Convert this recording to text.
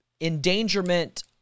Endangerment